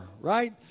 Right